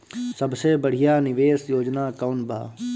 सबसे बढ़िया निवेश योजना कौन बा?